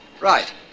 Right